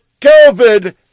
COVID